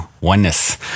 oneness